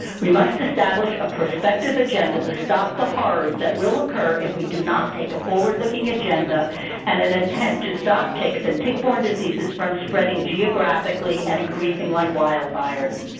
we must establish a prospective agenda to stop the horrors that will occur if we do not take a forward-looking agenda and an intent to stop ticks and tick-borne diseases from spreading geographically and increasing like wildfires.